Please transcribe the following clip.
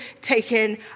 taken